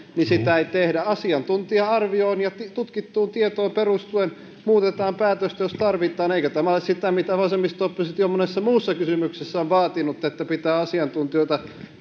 niin sitä ei tehdä asiantuntija arvio on ja tutkittuun tietoon perustuen muutetaan päätöstä jos tarvitaan eikö tämä ole sitä mitä vasemmisto oppositio monessa muussa kysymyksessä on vaatinut että pitää asiantuntijoita